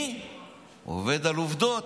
אני עובד על עובדות,